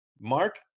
Mark